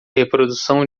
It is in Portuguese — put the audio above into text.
reprodução